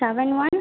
seven one